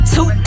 Two